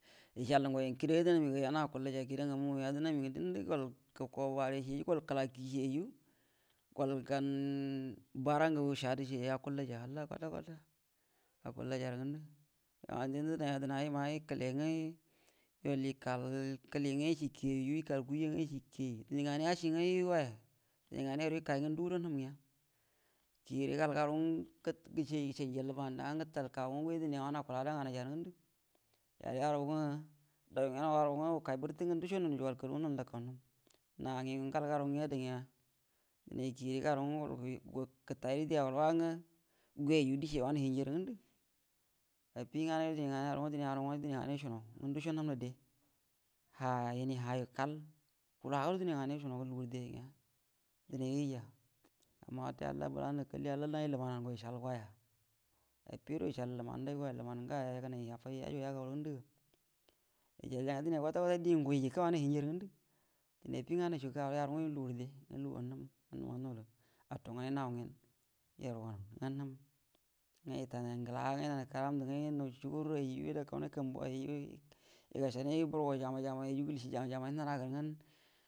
Ishalə ngai ngə kida yadənami ngə yanai aku ilaija kidau ngauu yadənan ngə dində gol guko bare shiyaiju gol gau bare ngagu shadə shiyai akullaija halla kwata-kwata akallajarə ngundu dində dənai yadəna luna ikəle nga yol ikal kəli nga ishi ki yaiju ikal kuja nga ishi ki yai dine ngane yashi nga yuwi goya dine ngane yaru ikan gan ndugudo num nya kire gal garu nga gəshe ishajal banda nga itə i kagu nga gumi dine wanə akula ada nganaijarə ngəndə yal yaru nga dau yu ngen wal waru nga wukai bərətək nga dusho nu nujugual kalu nga nol wudakau num na ngen gal garu nga ada nga dine kire gal garu nga diwu-wa-gətairə awal wa nga guni yaiji dishi yai wanə hiujarə ngudə afi nganado dine yaru nga dihe ngane ishino nga ndushi num də de ha ga ini ha ngen kal fulo ha da dine ngane ishuno yuuu lugurə de nya dine yuwija amma watə halla makalli nayi lumanago ishal goya afida ishal lumau goya luman ngayo yagənai afajai yajugu gagaurə nguudəga ishalya nya dine kwata-kwata dingə guhui jikə ngə wanəngə hinjarə ngundə afi nganaisho yaru nga yunu luguru de ato nganai hau ngen yaru gan nga itainural ngəta nga inanə karamdə nga idakainai kumbu wai rə iga shainai burgo jaman-jamanju igashanai kəlishi jamai-jamai nga nəhagərə nga.